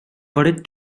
varit